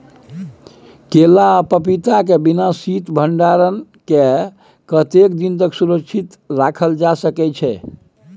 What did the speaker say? केला आ पपीता के बिना शीत भंडारण के कतेक दिन तक सुरक्षित रखल जा सकै छै?